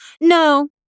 No